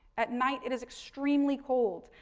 at night, it is extremely cold.